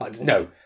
No